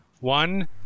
one